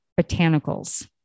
botanicals